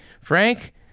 Frank